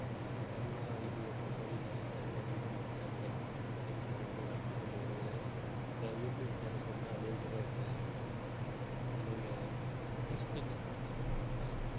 நானே தனியாக ID open பண்ணி நானே தனியாக யூடியூப் சேனலை கற்றுக்கொண்டு நடத்திக்கொண்டு வருகிறேன் என் யூடியூப் சேனல் பார்த்திங்கன்னா அநேக அநேக கிறிஸ்டினை பற்றி நான் போட்டிருப்பேன்